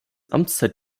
amtszeit